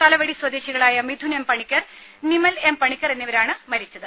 തലവടി സ്വദേശികളായ Mithun M Panicker Nimal M Panicker എന്നിവരാണ് മരിച്ചത്